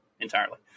entirely